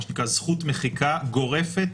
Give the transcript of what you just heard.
מה שנקרא זכות מחיקה גורפת,